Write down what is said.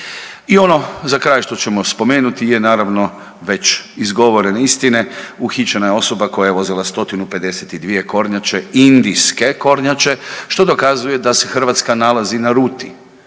I ono za kraj što ćemo spomenuti je naravno već izgovorene istine. Uhićena je osoba koja je vozila 151 kornjače indijske kornjače što dokazuje da se Hrvatska nalazi na ruti